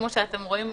כמו שאתם רואים,